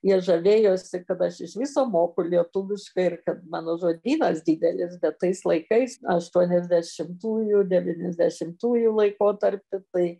jie žavėjosi kad aš iš viso moku lietuviškai ir kad mano žodynas didelis bet tais laikais aštuoniasdešimtųjų devyniasdešimtųjų laikotarpy tai